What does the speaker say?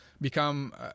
become